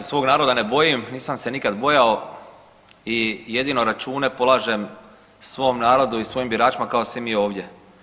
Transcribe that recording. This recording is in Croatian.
Ja se svog naroda ne bojim, nisam se nikad bojao i jedino račune polažem svom narodu i svojim biračima kao svi mi ovdje.